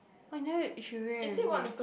oh you never you should go and read